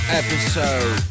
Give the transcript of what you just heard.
episode